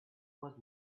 was